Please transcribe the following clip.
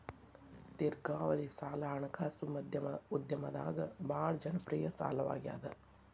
ದೇರ್ಘಾವಧಿ ಸಾಲ ಹಣಕಾಸು ಉದ್ಯಮದಾಗ ಭಾಳ್ ಜನಪ್ರಿಯ ಸಾಲವಾಗ್ಯಾದ